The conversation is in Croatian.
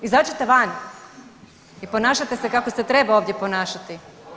Izađite van i ponašajte se kako se treba ovdje ponašati.